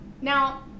Now